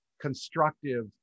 constructive